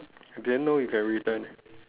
I didn't know you can return